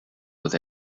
with